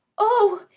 oh!